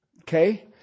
Okay